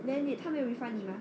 then 你他有没有 refund 你吗